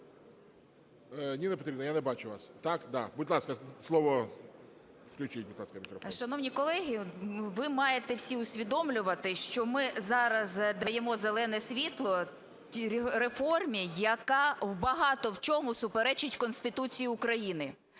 Ніна Петрівна, я не бачу вас. Так. Будь ласка, слово. Включіть, будь ласка, мікрофон. 17:04:57 ЮЖАНІНА Н.П. Шановні колеги, ви маєте всі усвідомлювати, що ми зараз даємо зелене світло тій реформі, яка багато в чому суперечить Конституції України.